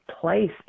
place